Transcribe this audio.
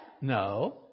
No